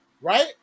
Right